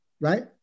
Right